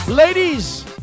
Ladies